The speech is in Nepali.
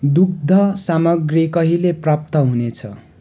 दुग्ध सामग्री कहिले प्राप्त हुनेछ